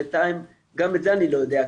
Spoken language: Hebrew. בינתיים גם את זה אני לא יודע,